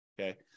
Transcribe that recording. okay